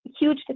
huge